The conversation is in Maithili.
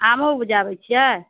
आमो उपजाबै छियै